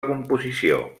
composició